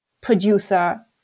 producer